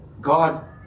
God